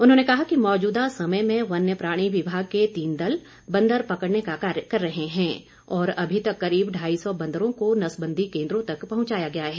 उन्होंने कहा है कि मौजूदा समय में वन्य प्राणी विभाग के तीन दल बंदर पकड़ने का कार्य कर रहे हैं और अभी तक करीब ढाई सौ बंदरों को नसबंदी केंद्रों तक पहुंचाया है